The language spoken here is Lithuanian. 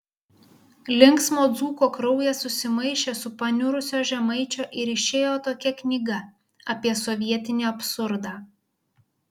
linksmo dzūko kraujas susimaišė su paniurusio žemaičio ir išėjo tokia knyga apie sovietinį absurdą